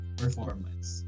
performance